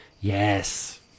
yes